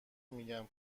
میگن